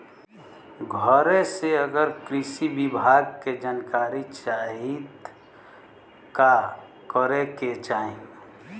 घरे से अगर कृषि विभाग के जानकारी चाहीत का करे के चाही?